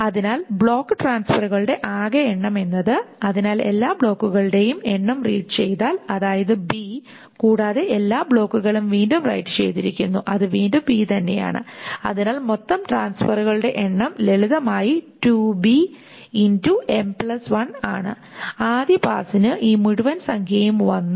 അതിനാൽ ബ്ലോക്ക് ട്രാൻസ്ഫറുകളുടെ ആകെ എണ്ണം എന്നത് അതിനാൽ എല്ലാ ബ്ലോക്കുകളുടെയും എണ്ണം റീഡ് ചെയ്താൽ അതായത് കൂടാതെ എല്ലാ ബ്ലോക്കുകളും വീണ്ടും റൈറ്റ് ചെയ്തിരിക്കുന്നു അത് വീണ്ടും തന്നെയാണ് അതിനാൽ മൊത്തം ട്രാൻസ്ഫെറുകളുടെ എണ്ണം ലളിതമായി ആണ് ആദ്യ പാസ്സിന് ഈ മുഴുവൻ സംഖ്യയും 1 ഉം